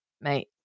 mate